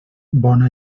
bona